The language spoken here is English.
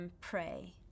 PRAY